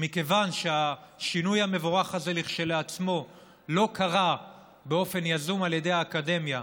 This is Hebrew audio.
מכיוון שהשינוי המבורך הזה כשלעצמו לא קרה באופן יזום על ידי האקדמיה,